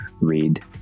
read